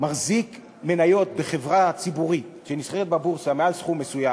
מחזיק מניות בחברה ציבורית שנסחרת בבורסה מעל סכום מסוים,